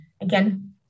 again